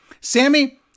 Sammy